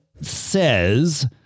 says